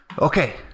Okay